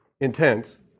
intense